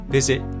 Visit